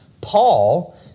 Paul